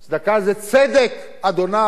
צדקה זה צדק אדונָי,